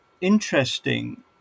interesting